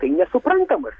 tai nesuprantamas